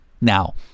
Now